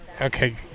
Okay